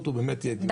באמת נושא